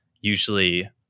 usually